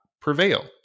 prevail